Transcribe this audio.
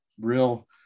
real